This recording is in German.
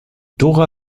dora